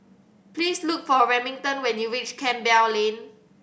please look for Remington when you reach Campbell Lane